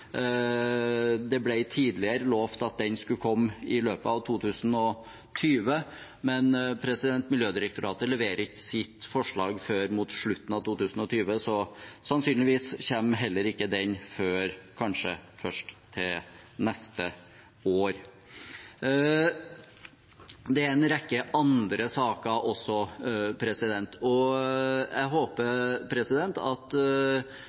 Det ble tidligere lovet at den skulle komme i løpet av 2020, men Miljødirektoratet leverer ikke sitt forslag før mot slutten av 2020, så sannsynligvis kommer heller ikke den før kanskje først til neste år. Det er en rekke andre saker også, og jeg håper at